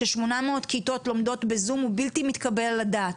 ש-800 כיתות לומדות בזום הוא בלתי מתקבל על הדעת.